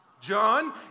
John